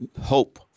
hope